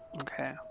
Okay